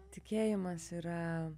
tikėjimas yra